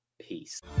Peace